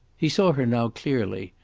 he saw her now clearly,